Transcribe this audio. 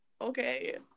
okay